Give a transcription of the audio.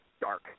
dark